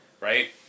right